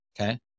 Okay